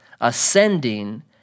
ascending